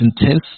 intense